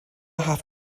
have